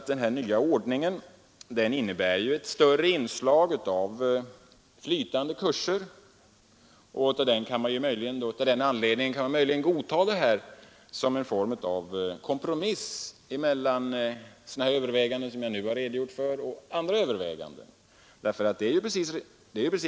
Den nya ordningen innebär dock ett större inslag av flytande kurser. Av den anledningen kan man möjligen godta detta som en kompromiss mellan sådana överväganden som jag nu har redogjort för och andra överväganden.